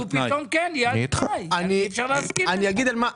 אי אפשר להסכים על כך.